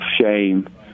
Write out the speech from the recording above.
shame